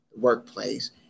workplace